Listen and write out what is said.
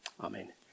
Amen